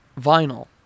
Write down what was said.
vinyl